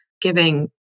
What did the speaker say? giving